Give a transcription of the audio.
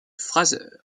fraser